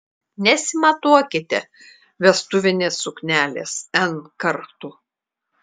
nesimatuokite vestuvinės suknelės n kartų